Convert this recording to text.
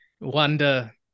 wonder